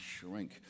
shrink